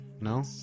No